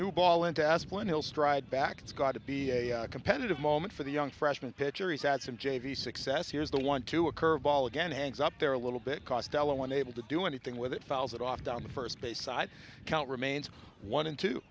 new ball into asplen hill stride back it's got to be a competitive moment for the young freshman pitcher he's had some j v success here is the one to a curveball again hangs up there a little bit costello unable to do anything with it fouls it off down the first base side count remains one